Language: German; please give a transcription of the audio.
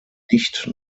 nicht